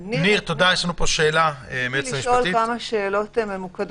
ניר, אני רוצה לשאול כמה שאלות ממוקדות.